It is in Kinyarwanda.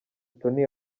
tonny